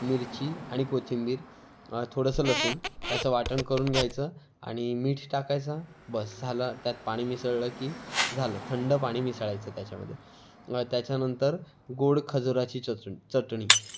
मिरची आणि कोथिंबीर थोडंसं लसून याचं वाटण करून घ्यायचं आणि मीठ टाकायचं बस झालं त्यात पाणी मिसळलं की झालं थंड पाणी मिसळायचं त्याच्यामध्ये त्याच्यानंतर गोड खजुराची चचणी चटणी